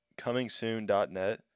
comingsoon.net